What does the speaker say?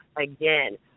again